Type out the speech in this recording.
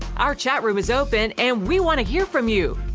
our chat room is open and we want to hear from you!